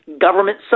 government